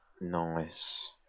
Nice